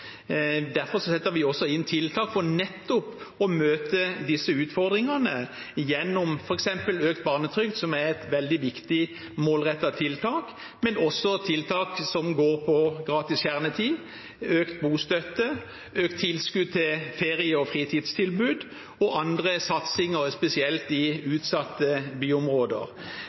Derfor setter vi også inn tiltak for nettopp å møte disse utfordringene gjennom f.eks. økt barnetrygd, som er et veldig viktig målrettet tiltak, men også gjennom tiltak som gratis kjernetid, økt bostøtte, økt tilskudd til ferie- og fritidstilbud og andre satsinger, spesielt i utsatte byområder.